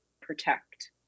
protect